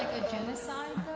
genocide